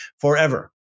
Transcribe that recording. forever